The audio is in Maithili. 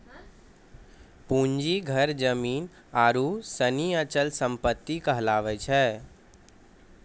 पूंजी घर जमीन आरु सनी अचल सम्पत्ति कहलावै छै